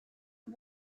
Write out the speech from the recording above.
you